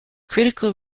critical